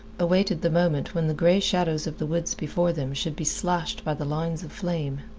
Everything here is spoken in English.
awaited the moment when the gray shadows of the woods before them should be slashed by the lines of flame.